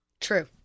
True